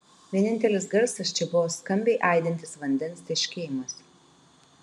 vienintelis garsas čia buvo skambiai aidintis vandens teškėjimas